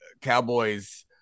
Cowboys –